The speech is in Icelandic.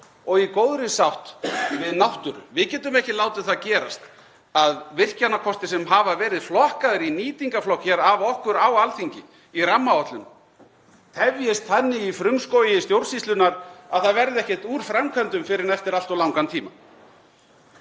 við fólk og við náttúru. Við getum ekki látið það gerast að virkjunarkostir sem hafa verið flokkaðir í nýtingarflokk af okkur á Alþingi í rammaáætlun tefjist þannig í frumskógi stjórnsýslunnar að það verði ekkert úr framkvæmdum fyrr en eftir allt of langan tíma.